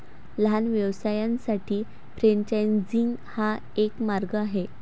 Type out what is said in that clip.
लहान व्यवसायांसाठी फ्रेंचायझिंग हा एक मार्ग आहे